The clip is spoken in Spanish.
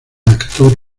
reactor